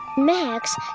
Max